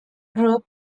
group